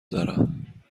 دارم